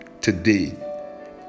today